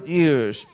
years